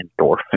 endorphin